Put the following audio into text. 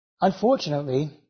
Unfortunately